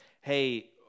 Hey